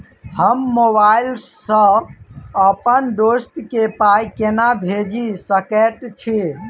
हम मोबाइल सअ अप्पन दोस्त केँ पाई केना भेजि सकैत छी?